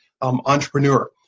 entrepreneur